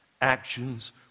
actions